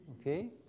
Okay